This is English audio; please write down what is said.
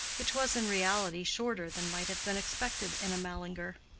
which was in reality shorter than might have been expected in a mallinger.